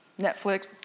Netflix